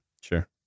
Sure